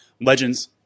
legends